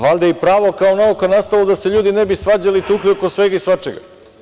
Valjda je i pravo kao nauka nastalo da se ljudi ne bi svađali i tukli oko svega i svačega?